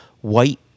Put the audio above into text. White